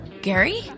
Gary